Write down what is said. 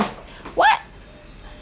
what